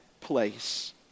place